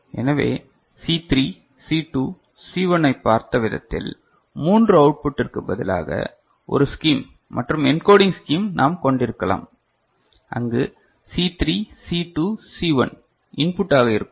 எனவே C 3 C 2 C 1 ஐப் பார்த்த விதத்தில் 3 அவுட்புட் ற்கு பதிலாக ஒரு ஸ்கீம் மற்றும் என்கோடிங் ஸ்கீம் நாம் கொண்டிருக்கலாம் அங்கு சி 3 சி 2 சி 1 இன்புட் ஆக இருக்கும்